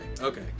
okay